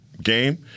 game